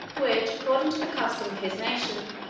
which, according to the custom of his nation,